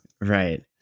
Right